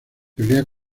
pelea